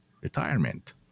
retirement